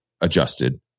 adjusted